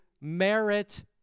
merit